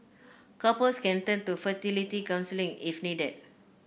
couples can turn to fertility counselling if needed